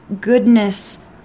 goodness